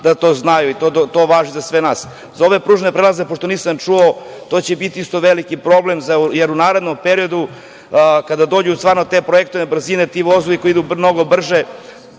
da to znaju, jer to važi za sve nas.Za ove pružne prelaze, pošto nisam čuo, to će biti isto veliki problem, jer u narednom periodu kada dođu te projektovane brzine, ti vozovi koji idu mnogo brže,